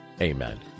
amen